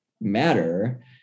matter